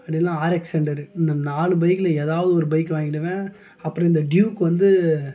அப்படில்லனா R X hundred இந்த நாலு பைக்கில் ஏதாவது ஒரு பைக்கு வாங்கிவிடுவேன் அப்புறம் இந்த ட்யூக்கு வந்து